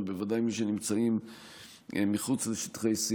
אבל בוודאי שמי שנמצאים מחוץ לשטחי C,